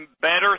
better